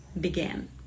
began